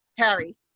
Harry